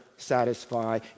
satisfy